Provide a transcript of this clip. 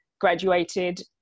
graduated